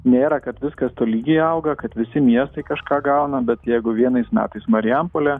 nėra kad viskas tolygiai auga kad visi miestai kažką gauna bet jeigu vienais metais marijampolė